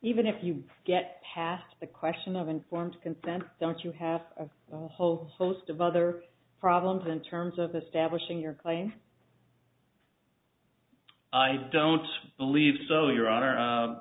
even if you get past the question of informed consent don't you have a whole host of other problems in terms of establishing your claim i don't believe so your honor